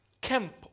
camp